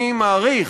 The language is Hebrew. אני מעריך,